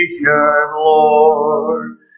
Lord